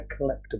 collectible